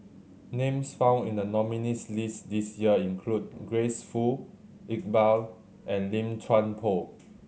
names found in the nominees' list this year include Grace Fu Iqbal and Lim Chuan Poh